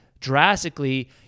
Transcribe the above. drastically